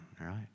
right